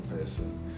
person